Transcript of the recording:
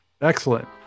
excellent